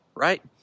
right